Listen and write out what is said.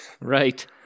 Right